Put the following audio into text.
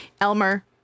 Elmer